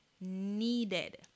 needed